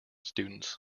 students